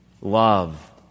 love